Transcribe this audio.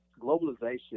globalization